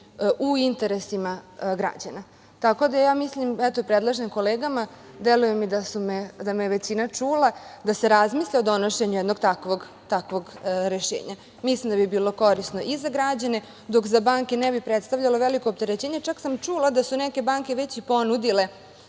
u interesima građana. Predlažem kolegama, deluje mi da me je većina čula, da se razmisli o donošenju jednog takvog rešenja. Mislim da bi bilo korisno i za građane, dok za banke ne bi predstavljalo veliko opterećenje, čak sam čula da su neke banke već i ponudile